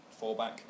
fallback